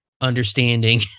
understanding